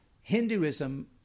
Hinduism